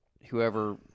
whoever